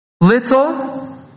little